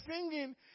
singing